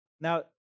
Now